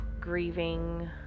grieving